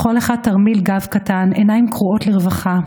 לכל אחד תרמיל גב קטן, עיניים קרועות לרווחה,